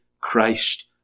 Christ